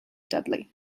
dudley